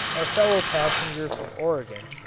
our fellow-passenger from oregon,